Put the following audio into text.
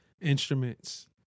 instruments